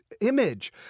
image